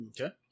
Okay